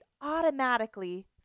automatically